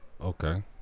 Okay